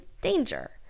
danger